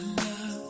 love